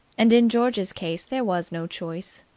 and in george's case there was no choice.